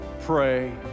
pray